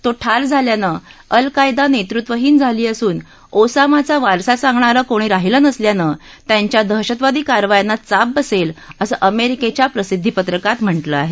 तो ठार झाल्यानं अल् कायदा नेतृत्वहीन झाली असून ओसामा चा वारसा सांगणारं कोणी राहिलं नसल्यानं त्यांच्या दहशतवादी कारवायांना चाप बसेल असं अमेरिकेच्या प्रसिद्धीपत्रकात म्हटलं आहे